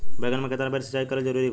बैगन में केतना बेर सिचाई करल जरूरी बा?